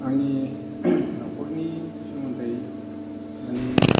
आंनि न'खरनि सोमोन्दै मानि